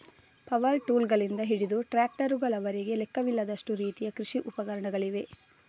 power ಟೂಲ್ಗಳಿಂದ ಹಿಡಿದು ಟ್ರಾಕ್ಟರುಗಳವರೆಗೆ ಲೆಕ್ಕವಿಲ್ಲದಷ್ಟು ರೀತಿಯ ಕೃಷಿ ಉಪಕರಣಗಳಿವೆ